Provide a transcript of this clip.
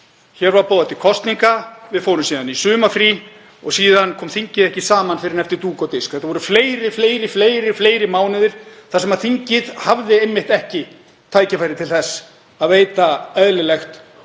Hér var boðað til kosninga. Við fórum síðan í sumarfrí og svo kom þingið ekki saman fyrr en eftir dúk og disk. Þetta voru fleiri mánuðir þar sem þingið hafði einmitt ekki tækifæri til þess að veita eðlilegt aðhald